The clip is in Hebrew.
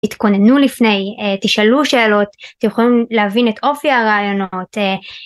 תתכוננו לפני תשאלו שאלות אתם יכולים להבין את אופי הרעיונות